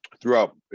throughout